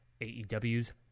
AEW's